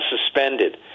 suspended